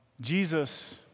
Jesus